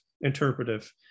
interpretive